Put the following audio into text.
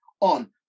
on